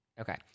Okay